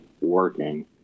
working